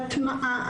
הטמעה,